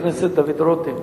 חבר הכנסת דוד רותם,